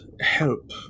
help